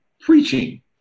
preaching